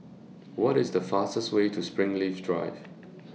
What IS The fastest Way to Springleaf Drive